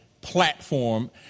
platform